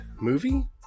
movie